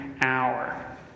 hour